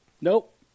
Nope